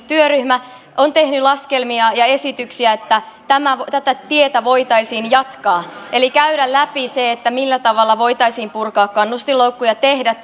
työryhmä on tehnyt laskelmia ja esityksiä että tätä tietä voitaisiin jatkaa eli käydä läpi se millä tavalla voitaisiin purkaa kannustinloukkuja ja tehdä